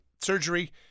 surgery